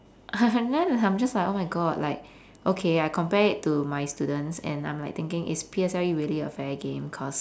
then and I'm just like oh my god like okay I compare it to my students and I'm like thinking is P_S_L_E really a fair game cause